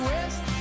West